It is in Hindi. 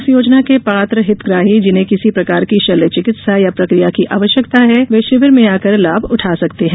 इस योजना के पात्र हितग्राही जिन्हें किसी प्रकार की शल्यचिकित्सा या प्रकिया की आवश्यकता है वे शिविर में आकर लाभ उठा सकते हैं